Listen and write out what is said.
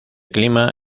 clima